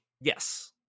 Yes